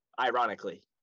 Ironically